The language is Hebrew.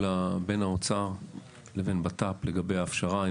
בין האוצר לבין בט"פ לגבי ההפשרה,